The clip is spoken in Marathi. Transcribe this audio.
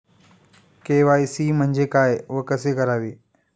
के.वाय.सी म्हणजे काय व कसे करावे?